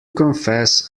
confess